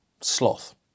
Sloth